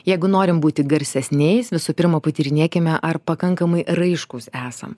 jeigu norim būti garsesniais visų pirma patyrinėkime ar pakankamai raiškūs esam